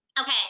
Okay